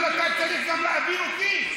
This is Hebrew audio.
אבל גם אתה צריך להבין אותי,